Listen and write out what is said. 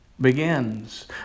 begins